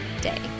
day